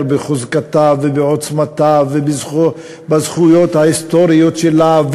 בחוזקה ובעוצמתה ובזכויות ההיסטוריות שלה,